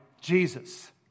Jesus